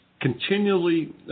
continually –